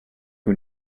who